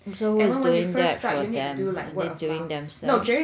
so who is doing that for them are they doing themselves